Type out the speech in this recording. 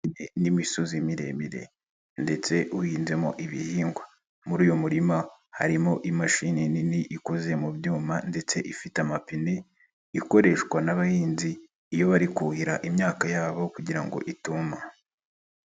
N'imisozi miremire ndetse uhinzemo ibihingwa ,muri uyu murima harimo imashini nini ikoze mu byuma ndetse ifite amapine ,ikoreshwa n'abahinzi iyo bari kuhira imyaka yabo kugira ngo ituma.